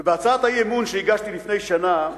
בהצעת האי-אמון שהגשתי לפני שנה הסתייעתי,